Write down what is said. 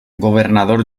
governador